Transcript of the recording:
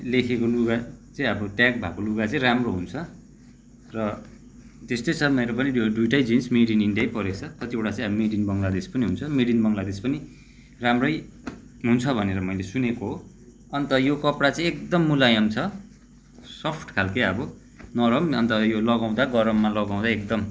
लेखेको लुगा चाहिँअब ट्याग भएको लुगा चाहिँ राम्रो हुन्छ र त्यस्तै छ मेरो पनि यो दुइटै जिन्स मेड इन इन्डियै परेको छ कतिवटा चाहिँ अब मेड इन बङ्लादेश पनि हुन्छ मेड इन बङ्लादेश पनि राम्रै हुन्छ भनेर मैले सुनेको हो अन्त यो कपडा चाहिँ एकदम मुलायम छ सफ्ट खालको अब नरम अन्त यो लगाउँदा गरममा लगाउँदा एकदम